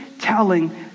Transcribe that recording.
telling